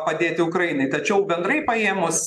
padėti ukrainai tačiau bendrai paėmus